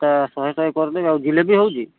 ଶହେ ଶହେ କରିଦେବେ ଆଉ ଜିଲାପି ହେଉଛି